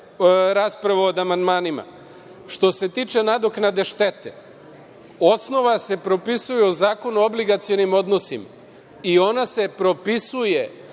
raspravu o amandmanima. Što se tiče nadoknade štete, osnova se propisuje u Zakonu o obligacionim odnosima i ona se propisuje